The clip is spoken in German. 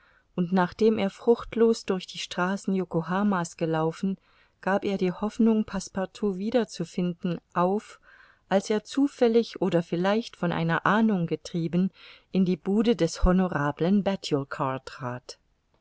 und nachdem er fruchtlos durch die straßen yokohama's gelaufen gab er die hoffnung passepartout wiederzufinden auf als er zufällig oder vielleicht von einer ahnung getrieben in die bude des honorablen batulcar trat